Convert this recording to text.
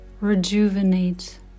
rejuvenate